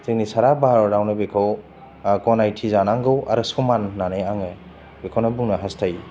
जोंनि सारा भारतआवनो बेखौ गनायथि जानांगौ आरो समान होन्नानै आङो बेखौनो बुंनो हास्थायो